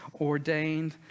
ordained